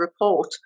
report